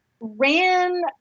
ran